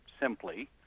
simply